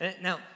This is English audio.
Now